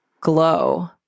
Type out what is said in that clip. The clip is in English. glow